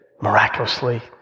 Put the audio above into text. miraculously